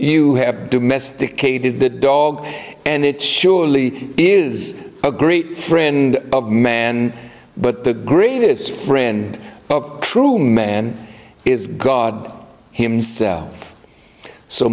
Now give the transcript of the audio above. you have domesticated the dog and it surely is a great friend of man but the greatest friend of true man is god himself so